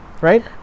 right